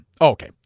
Okay